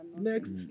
Next